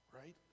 Right